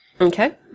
Okay